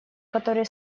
которую